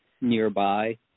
nearby